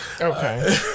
Okay